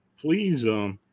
please